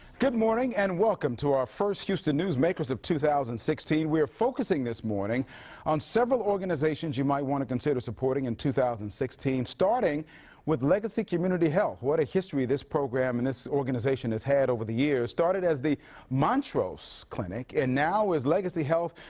good morning and welcome to our first houston newsmakers of two thousand and sixteen. we are focusing this morning on several organizations you might want to consider supporting in two thousand and sixteen, starting with legacy community health, what a history this program and this organization has had over the years, start as the montrose clinic and now is legacy health,